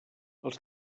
els